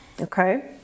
okay